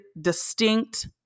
distinct